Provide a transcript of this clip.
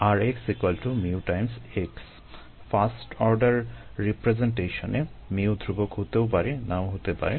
rxμ x first order রিপ্রেজেন্টেশনে ধ্রুবক হতেও পারে না ও হতে পারে